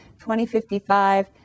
2055